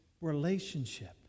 relationship